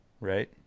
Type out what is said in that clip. Right